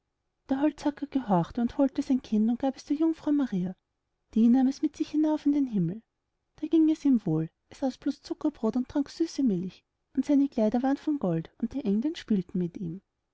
der holzhacker gehorchte und holte sein kind und gab es der jungfrau maria die nahm es mit sich hinauf in den himmel da ging es ihm wohl es aß bloß zuckerbrot und trank süße milch und seine kleider waren von gold und die englein spielten mit ihm